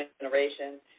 generation